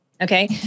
Okay